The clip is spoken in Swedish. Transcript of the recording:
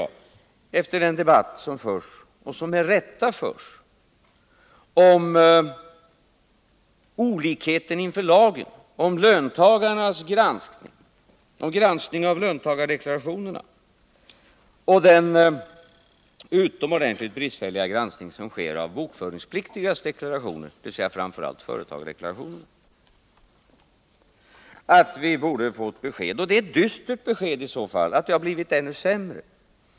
Efter den debatt som förs — och som med rätta förs — om olikheten inför lagen vid granskningen av löntagardeklarationerna och den utomordentligt bristfälliga granskning som sker av bokföringspliktigas deklarationer, dvs. framför allt av företagsdeklarationer, tycker jag att vi borde få ett besked om hur tillståndet nu är. Det är i så fall ett dystert besked om att det har blivit ännu sämre.